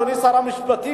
אדוני שר המשפטים,